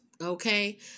Okay